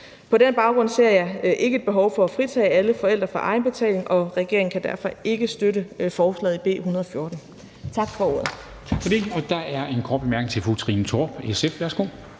På den baggrund ser jeg ikke et behov for at fritage alle forældre for egenbetaling, og regeringen kan derfor ikke støtte beslutningsforslag B 114.